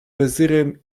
wezyrem